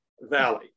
Valley